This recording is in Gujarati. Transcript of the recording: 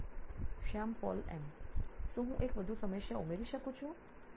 શ્યામ પોલ એમ હેડ માર્કેટિંગ નોઇન ઇલેક્ટ્રોનિક્સ શું હું એક વધુ સમસ્યા ઉમેરી શકું છું